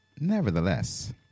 Nevertheless